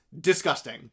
disgusting